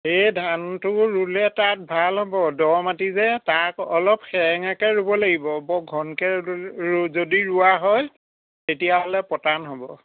এই ধানটো ৰুলে তাত ভাল হ'ব দ' মাটি যে তাক অলপ সেৰেঙাকৈ ৰুব লাগিব বৰ ঘনকৈ ৰু ৰু যদি ৰোৱা হয় তেতিয়াহ'লে পতান হ'ব